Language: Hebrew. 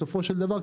בסופו של דבר,